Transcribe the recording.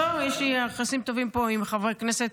בוא, יש לי יחסים טובים פה עם חברי הכנסת,